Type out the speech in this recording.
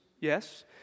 Yes